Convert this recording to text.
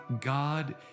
God